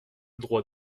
droit